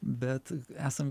bet esam